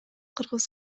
кыргыз